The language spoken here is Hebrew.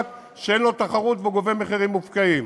שאין לו תחרות והוא גובה מחירים מופקעים.